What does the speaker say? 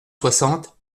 soixante